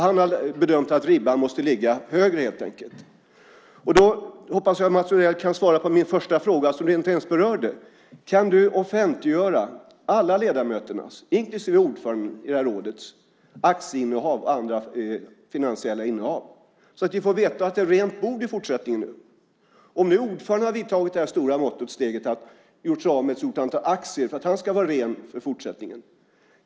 Han har bedömt att ribban helt enkelt måste ligga högre. Jag hoppas att Mats Odell kan svara på min första fråga som han inte ens berörde. Kan du offentliggöra alla ledamöters, inklusive ordförandens i detta råd, aktieinnehav och andra finansiella innehav, så att vi får veta att det är rent bord i fortsättningen, om nu ordföranden har vidtagit detta stora mått och steg och gjort sig av med ett stort antal aktier för att han ska vara ren i fortsättningen?